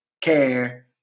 care